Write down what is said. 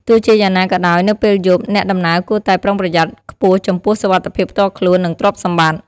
ទោះជាយ៉ាងណាក៏ដោយ នៅពេលយប់ អ្នកដំណើរគួរតែ ប្រុងប្រយ័ត្ន ខ្ពស់ចំពោះសុវត្ថិភាពផ្ទាល់ខ្លួន និងទ្រព្យសម្បត្តិ។